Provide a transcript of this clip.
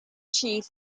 chief